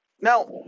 Now